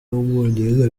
w’umwongereza